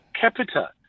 capita